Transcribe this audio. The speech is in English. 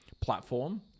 platform